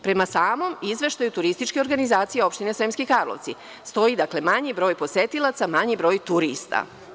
Prema samom izveštaju TO Opštine Sremski Karlovci, stoji dakle manji broj posetilaca, manji broj turista.